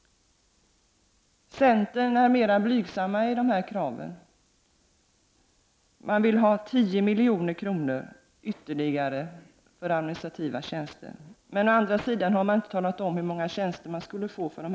Centern är mera blygsam. Centern vill ha 10 milj.kr. ytterligare för administrativa tjänster. Å andra sidan har inte centern talat om hur många tjänster det skulle röra sig om.